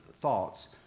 thoughts